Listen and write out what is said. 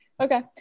Okay